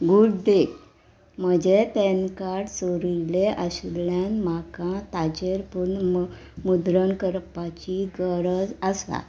good day म्हजें PAN card सोरिल्ले आशिल्ल्यान म्हाका ताजेर पुर्ण मुद्रण करपाची गरज आसा